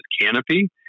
Canopy